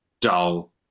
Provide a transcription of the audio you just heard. dull